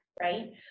Right